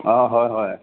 অ' হয় হয়